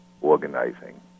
organizing